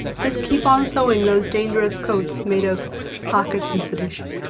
just keep on sewing those dangerous coats made of pockets and sedition.